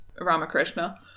Ramakrishna